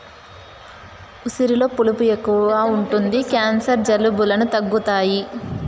ఉసిరిలో పులుపు ఎక్కువ ఉంటది క్యాన్సర్, జలుబులను తగ్గుతాది